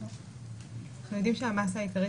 אנחנו יודעים שהמסה העיקרית,